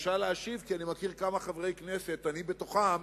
כי אני מכיר כמה חברי כנסת, אני בתוכם,